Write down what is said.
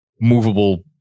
movable